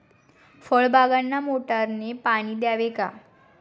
फळबागांना मोटारने पाणी द्यावे का?